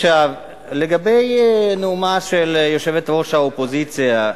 לגבי נאומה של יושבת-ראש האופוזיציה,